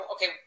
Okay